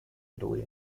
italy